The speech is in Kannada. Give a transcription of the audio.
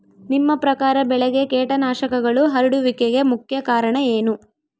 ನಿಮ್ಮ ಪ್ರಕಾರ ಬೆಳೆಗೆ ಕೇಟನಾಶಕಗಳು ಹರಡುವಿಕೆಗೆ ಮುಖ್ಯ ಕಾರಣ ಏನು?